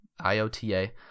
iota